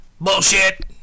bullshit